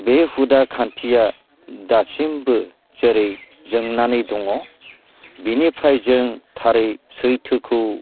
बे हुदा खान्थिया दासिमबो जेरै जोंनानै दङ बिनिफ्राय जों थारै सैथोखौ